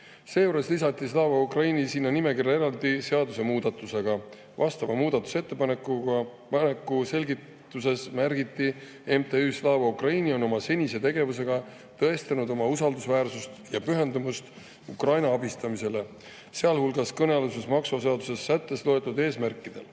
Seejuures lisati Slava Ukraini sinna nimekirja eraldi seadusemuudatusega. Selle muudatusettepaneku selgituses märgiti, et MTÜ Slava Ukraini on senise tegevusega tõestanud oma usaldusväärsust ja pühendumust Ukraina abistamisele, sealhulgas kõnealuses maksuseaduse sättes loetletud eesmärkidele.